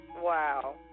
wow